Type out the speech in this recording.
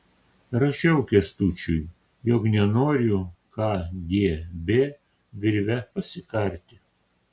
rašiau kęstučiui jog nenoriu kgb virve pasikarti